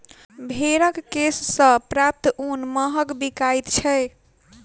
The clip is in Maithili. भेंड़क केश सॅ प्राप्त ऊन महग बिकाइत छै